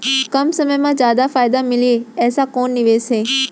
कम समय मा जादा फायदा मिलए ऐसे कोन निवेश हे?